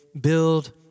Build